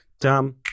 Dumb